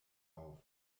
auf